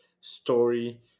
story